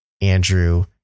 Andrew